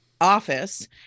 office